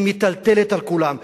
היא מיטלטלת על כולם,